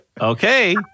Okay